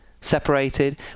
separated